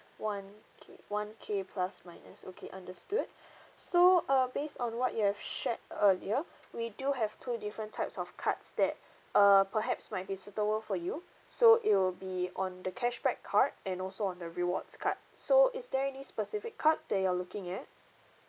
one K one K plus minus okay understood so uh based on what you have shared earlier we do have two different types of cards that err perhaps might be suitable for you so it will be on the cashback card and also on the rewards card so is there any specific cards that you're looking at